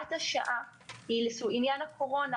הוראת השעה היא לעניין הקורונה,